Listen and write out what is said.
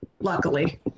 luckily